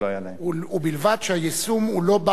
ובלבד שהיישום הוא לא בר-חזרה,